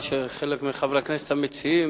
רק חבל שחלק מחברי הכנסת המציעים